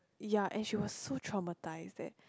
ya and she was so traumatized that